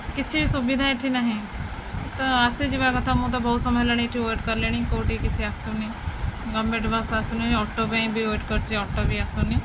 କିଛି ସୁବିଧା ଏଇଠି ନାହିଁ ତ ଆସିଯିବା କଥା ମୁଁ ତ ବହୁତ ସମୟ ହେଲାଣି ଏଇଠି ୱଟ୍ କଲିଣି କେଉଁଠି କିଛି ଆସୁନି ଗଭର୍ଣ୍ଣମେଣ୍ଟ୍ ବସ୍ ଆସୁନି ଅଟୋ ପାଇଁ ବି ୱେଟ୍ କରିଛି ଅଟୋ ବି ଆସୁନି